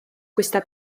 questa